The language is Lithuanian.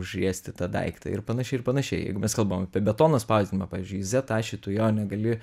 užriesti tą daiktą ir panašiai ir panašiai jeigu mes kalbam apie betono spausdinimą pavyzdžiui zet ašį tu jo negali